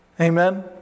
Amen